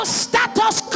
status